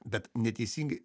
bet neteisingai